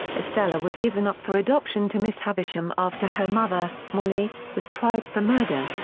estella was given up for adoption to miss havisham after her mother, molly, was tried for murder.